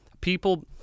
people